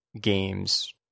games